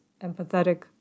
empathetic